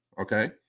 Okay